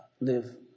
live